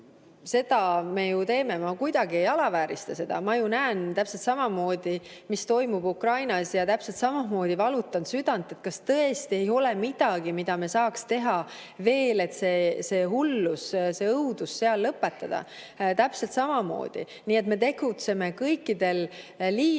seda me ju teeme. Ma kuidagi ei alaväärista seda. Ma ju näen täpselt samamoodi, mis toimub Ukrainas, ja täpselt samamoodi valutan südant, kas tõesti ei ole midagi, mida me saaks teha veel, et see hullus, see õudus seal lõpetada. Täpselt samamoodi. Nii et me tegutseme kõikidel liinidel.